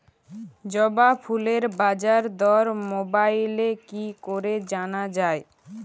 জবা ফুলের বাজার দর মোবাইলে কি করে জানা যায়?